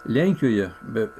lenkijoje be